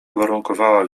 uwarunkowała